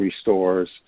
stores